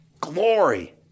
glory